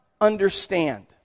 understand